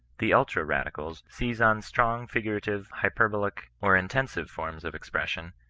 the ultra radicals seize on strong figurative, hyperbolic, or intensive forms of expression,